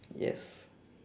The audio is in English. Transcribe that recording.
yes